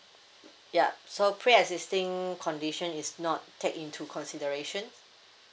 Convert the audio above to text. ya so pre existing condition is not take into considerations